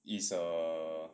is a